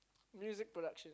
music production